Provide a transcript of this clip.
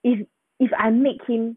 if if I make him